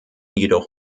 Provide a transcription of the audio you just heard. jedoch